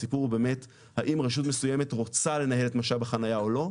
הסיפור הוא באמת האם רשות מסוימת רוצה לנהל את משאב החניה או לא.